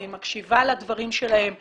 אני מקשיבה לדברים שלהם בשקט,